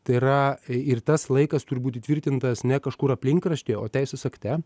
tai yra ir tas laikas turi būt įtvirtintas ne kažkur aplinkraštyje o teisės akte